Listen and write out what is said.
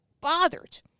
bothered